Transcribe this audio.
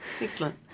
excellent